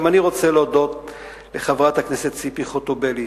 גם אני רוצה להודות לחברת הכנסת ציפי חוטובלי.